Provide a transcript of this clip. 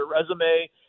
resume